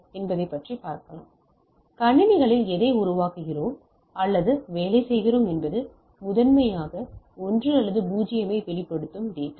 எனவே கணினிகளில் எதை உருவாக்குகிறோம் அல்லது வேலை செய்கிறோம் என்பது முதன்மையாக 1 அல்லது 0 ஐ வெளிப்படுத்தும் டேட்டா